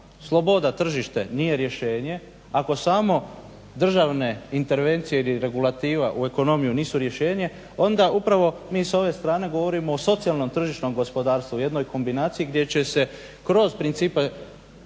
sloboda tržište nije rješenje, ako samo državne intervencije ili regulativa u ekonomiju nisu rješenje onda upravo mi sa ove strane govorimo o socijalno tržišnom gospodarstvu o jednoj kombinaciji gdje će se kroz principe